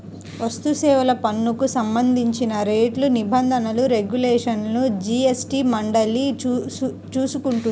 వస్తుసేవల పన్నుకు సంబంధించిన రేట్లు, నిబంధనలు, రెగ్యులేషన్లను జీఎస్టీ మండలి చూసుకుంటుంది